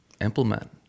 implement